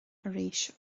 arís